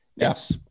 Yes